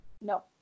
No